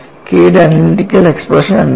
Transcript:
K യുടെ analytical expression എന്താണ്